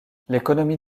l’économie